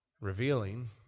Revealing